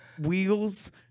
wheels